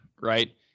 right